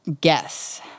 guess